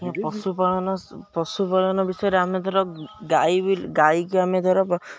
ପଶୁପାଳନ ପଶୁପାଳନ ବିଷୟରେ ଆମେ ଧର ଗାଈ ବି ଗାଈକୁ ଆମେ ଧର